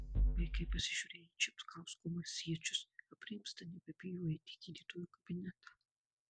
vaikai pasižiūrėję į čepkausko marsiečius aprimsta nebebijo eiti į gydytojo kabinetą